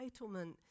entitlement